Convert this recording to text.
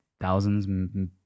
thousands